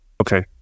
Okay